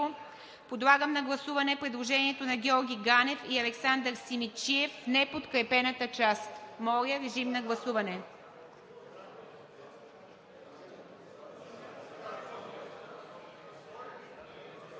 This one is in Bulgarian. Подлагам на гласуване предложението на Георги Ганев и Александър Симидчиев в неподкрепената част. Гласували